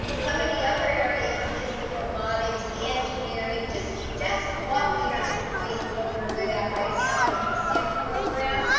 um some of the other areas is the robotics, the engineering just just what we are and doing and what we're good at right now with the sim program,